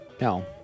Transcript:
No